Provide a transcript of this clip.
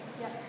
Yes